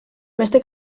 beste